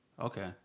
okay